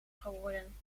geworden